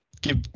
give